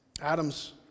Adam's